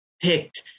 picked